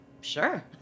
sure